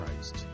Christ